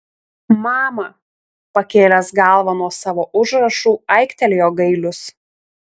mama pakėlęs galvą nuo savo užrašų aiktelėjo gailius